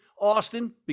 Austin